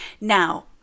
Now